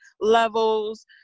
levels